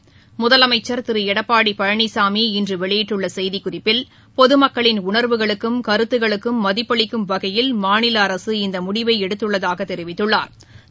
பொகுமக்களின் முதலமைச்சள் திருஎடப்பாடிபழனிசாமி இன்றுவெளியிட்டுள்ளசெய்திக்குறிப்பில் உணர்வுகளுக்கும் கருத்துக்களுக்கும் மதிப்பளிக்கும் வகையில் மாநிலஅரசு இந்தமுடிவைஎடுத்துள்ளதாகதெரிவித்துள்ளாா்